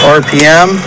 rpm